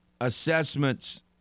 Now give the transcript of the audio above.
assessments